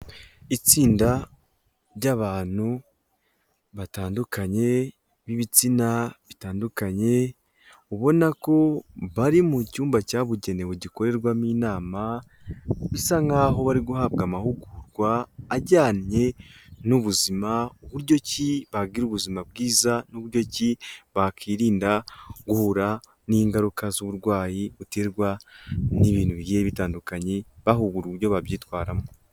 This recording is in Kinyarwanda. Itsinda ry'abantu batandukanye b'ibitsina bitandukanye, ubona ko bari mu cyumba cyabugenewe gikorerwamo inama, bisa nkahoho bari guhabwa amahugurwa ajyanye n'ubuzima buryo ki bagira ubuzima bwiza n'ubu ki bakwirinda guhura n'ingaruka z'uburwayi buterwa n'ibintu bigiye bitandukanye, bahugurwa uburyo babyitwaramo.